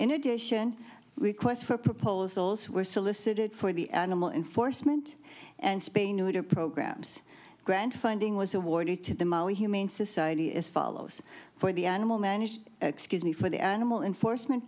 in addition we quest for proposals were solicited for the animal enforcement and spay neuter programs grant funding was awarded to the mo humane society as follows for the animal managed excuse me for the animal enforcement